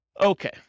Okay